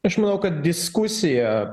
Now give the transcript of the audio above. aš manau kad diskusija